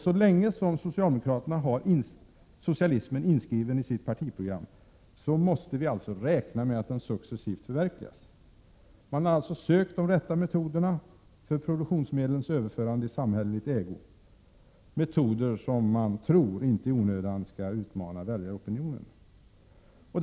Så länge socialdemokraterna har socialismen inskriven i sitt partiprogram måste vi räkna med att den successivt förverkligas. Socialdemokraterna har alltså sökt de rätta metoderna för att överföra produktionsmedlen i samhällelig ägo, metoder som man tror inte i onödan skall utmana väljaropinionen.